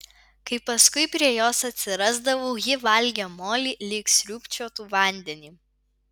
kai paskui prie jos atsirasdavau ji valgė molį lyg sriūbčiotų vandenį